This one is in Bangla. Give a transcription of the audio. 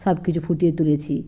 সব কিছু ফুটিয়ে তুলেছি